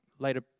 later